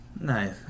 nice